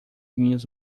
minhas